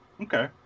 okay